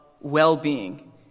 well-being